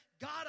God